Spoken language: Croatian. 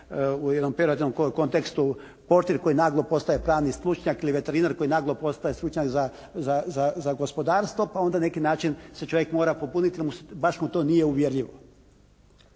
se ne razumije./ … kontekstu portir koji naglo postaje pravni stručnjak ili veterinar koji naglo postaje stručnjak za gospodarstvo pa onda na neki način se čovjek mora pobuniti jer baš mu to nije uvjerljivo.